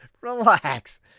Relax